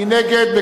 מי נגד?